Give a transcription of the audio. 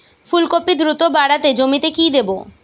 ফুলকপি দ্রুত বাড়াতে জমিতে কি দেবো?